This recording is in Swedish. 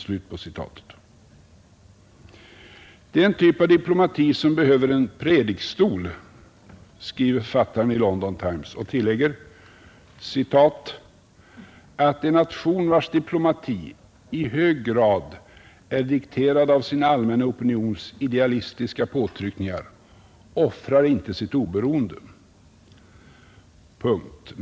Det är den typ av diplomati som behöver en predikstol, skriver författaren i London Times och tillägger att »en nation vars diplomati i hög grad är dikterad av sin allmänna opinions idealistiska påtryckningar offrar inte sitt oberoende.